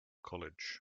college